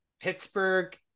Pittsburgh